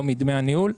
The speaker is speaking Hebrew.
לא מדמי הניהול.